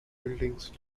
buildings